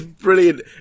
Brilliant